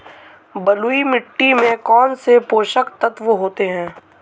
बलुई मिट्टी में कौनसे पोषक तत्व होते हैं?